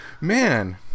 man